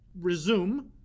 resume